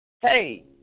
hey